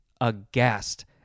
aghast